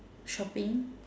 shopping